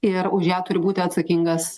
ir už ją turi būti atsakingas